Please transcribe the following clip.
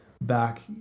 back